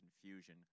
confusion